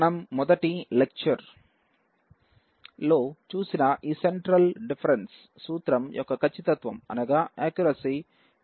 మనం ముందటి లెక్చర్లో చూసిన ఈ సెంట్రల్ డిఫరేన్స్ సూత్రం యొక్క ఖచ్ఛితత్వం h2